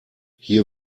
hier